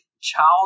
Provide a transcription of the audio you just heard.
child